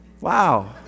wow